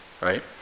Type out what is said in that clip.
right